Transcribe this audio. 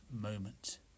moment